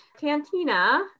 Cantina